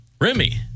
Remy